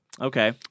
Okay